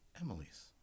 Emily's